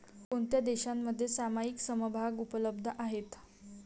कोणत्या देशांमध्ये सामायिक समभाग उपलब्ध आहेत?